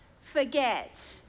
forget